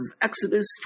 Exodus